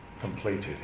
completed